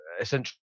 essentially